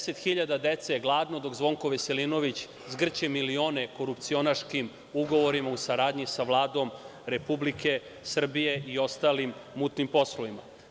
Pedeset hiljada dece je gladno dok Zvonko Veselinović zgrće milione korupcionaškim ugovorima u saradnji sa Vladom Republike Srbije i ostalim mutnim poslovima.